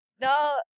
No